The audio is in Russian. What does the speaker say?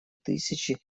тысячи